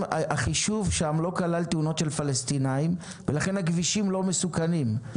החישוב לא כלל תאונות של פלסטינים ולכן הכבישים לא מסוכנים,